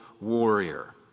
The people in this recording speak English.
warrior